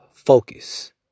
Focus